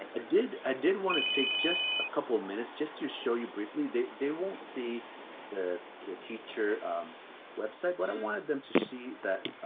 and i did wanna take just a couple of minutes, just to show you briefly, they they won't see the the teacher website, but i wanted them to see that,